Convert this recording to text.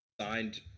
signed